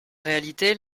réalité